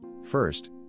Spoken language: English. First